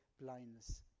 blindness